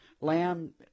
lamb